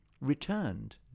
returned